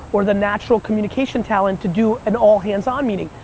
or the natural communication talent, to do an all-hands-on meeting,